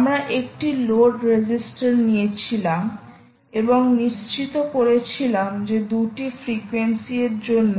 আমরা একটি load register নিয়েছিলাম এবং নিশ্চিত করেছিলাম যে 2 টি ফ্রিকোয়েন্সি এর জন্য